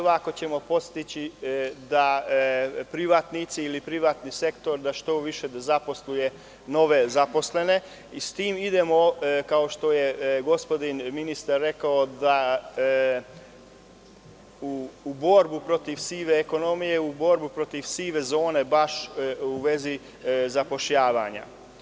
Ovako ćemo postići da privatnici ili da privatni sektor što više zaposli nove zaposlene i s tim idemo, kao što je gospodin ministar rekao, u borbu protiv sive ekonomije, u borbu protiv sive zone, baš u vezi zapošljavanja.